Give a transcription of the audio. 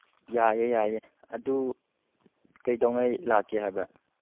ꯌꯥꯏꯌꯦ ꯌꯥꯏꯌꯦ ꯑꯗꯨ ꯀꯩꯗꯧꯉꯩ ꯂꯥꯛꯀꯦ ꯍꯥꯏꯕ꯭ꯔꯥ